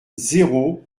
zéro